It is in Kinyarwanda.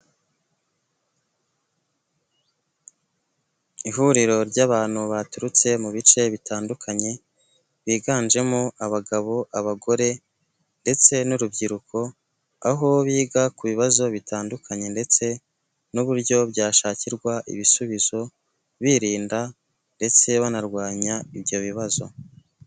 Ihuriro ry'abantu baturutse mu bice bitandukanye, biganjemo abagabo, abagore, ndetse n'urubyiruko, aho biga ku bibazo bitandukanye ndetse n'uburyo byashakirwa ibisubizo, birinda ndetse banarwanya ibyo bibazo.